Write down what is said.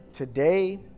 Today